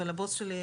אבל הבוס שלי,